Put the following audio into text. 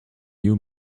new